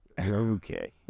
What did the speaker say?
Okay